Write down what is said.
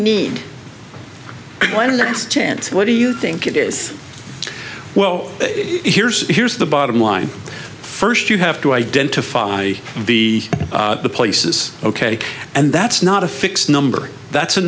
next chance what do you think it is well here's here's the bottom line first you have to identify the places ok and that's not a fixed number that's a